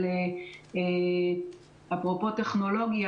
ואפרופו טכנולוגיה,